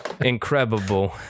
incredible